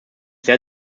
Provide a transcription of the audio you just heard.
sehr